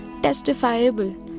testifiable